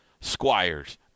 Squires